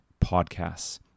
podcasts